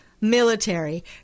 military